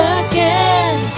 again